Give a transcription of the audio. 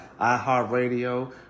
iHeartRadio